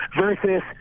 versus